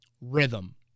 rhythm